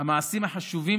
המעשים החשובים